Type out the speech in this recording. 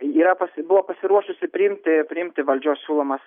yra pasi buvo pasiruošusi priimti priimti valdžios siūlomas